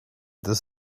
this